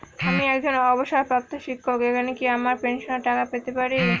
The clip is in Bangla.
আমি একজন অবসরপ্রাপ্ত শিক্ষক এখানে কি আমার পেনশনের টাকা পেতে পারি?